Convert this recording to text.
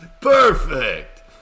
Perfect